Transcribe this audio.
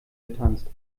getanzt